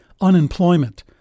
unemployment